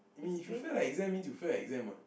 I mean if you fail the exam means you fail the exam what